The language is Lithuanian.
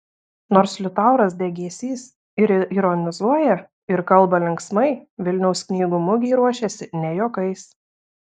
nors liutauras degėsys ir ironizuoja ir kalba linksmai vilniaus knygų mugei ruošiasi ne juokais